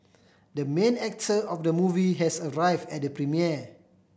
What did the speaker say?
the main actor of the movie has arrive at the premiere